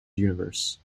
universe